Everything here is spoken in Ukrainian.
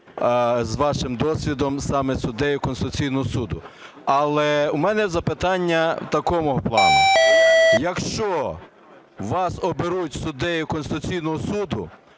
з вашим досвідом саме суддею Конституційного Суду. Але у мене запитання такого плану. Якщо вас оберуть суддею Конституційного Суду,